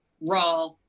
raw